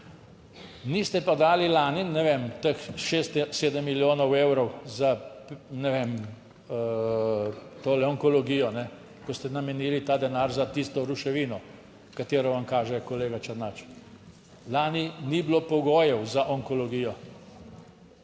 niste pa dali lani, ne vem, teh šest, sedem milijonov evrov za, ne vem, to onkologijo, ko ste namenili ta denar za tisto ruševino, katero vam kaže kolega Černač. Lani ni bilo pogojev za onkologijo,